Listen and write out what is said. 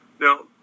now